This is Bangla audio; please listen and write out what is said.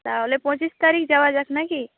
তাহলে পঁচিশ তারিখ যাওয়া যাক না কি